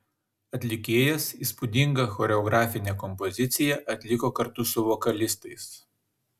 atlikėjas įspūdingą choreografinę kompoziciją atliko kartu su vokalistais